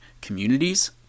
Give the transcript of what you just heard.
communities